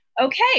okay